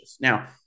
Now